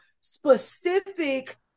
specific